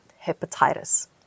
hepatitis